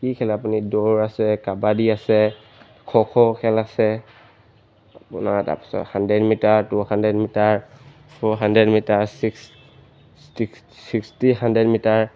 কি খেলে আপুনি দৌৰ আছে কাবাডী আছে খো খো খেল আছে আপোনাৰ তাৰপিছত hundred metre two hundred metre four hundred metre six sixty hundred metre